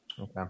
Okay